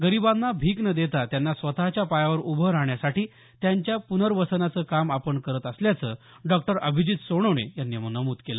गरीबांना भीक न देता त्यांना स्वताच्या पायावर उभं राहण्यासाठी त्यांच्या पुनर्वसनाचं काम आपण करत असल्याचं डॉक्टर अभिजित सोनवणे यांनी नमूद केलं